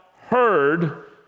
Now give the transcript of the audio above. heard